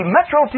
Metro